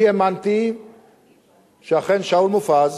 אני האמנתי שאכן שאול מופז,